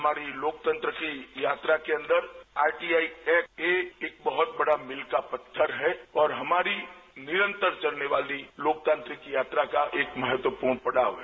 हमारी लोकतंत्र की यात्रा के अंदर आरटीआई ऐक्ट ए एक बहुत बड़ा मील का पत्थर है और हमारी निरंतर चलने वाली लोकतांत्रिक यात्रा का एक महत्वपूर्ण पड़ाव है